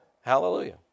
Hallelujah